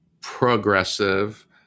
progressive